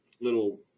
little